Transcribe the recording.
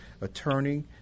Attorney